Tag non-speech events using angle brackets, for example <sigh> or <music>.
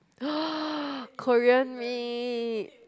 <noise> Korean meat